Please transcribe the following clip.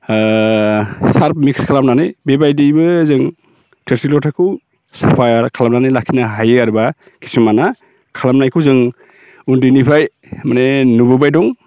सार्फ mix खालामनानै बेबायदिबो जों थोरसि लथाखौ साफायै खालामनानै लाखिनो हायो आरोबा किसुमाना खालामनायखौ जों उन्दैनिफ्राय माने नुबोबाय दं